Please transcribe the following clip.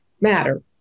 matter